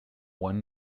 one